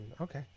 okay